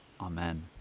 Amen